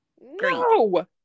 No